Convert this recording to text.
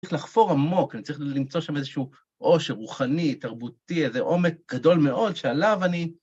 צריך לחפור עמוק, אני צריך למצוא שם איזשהו עושר רוחני, תרבותי, איזה עומק גדול מאוד שעליו אני...